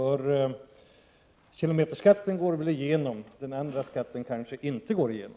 Kilometerskatten går väl igenom, men den andra skatten kanske inte går igenom.